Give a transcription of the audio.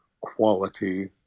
quality